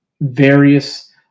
various